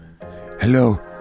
Hello